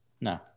No